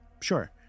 Sure